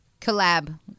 Collab